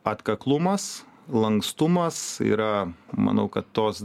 atkaklumas lankstumas yra manau kad tos